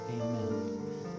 amen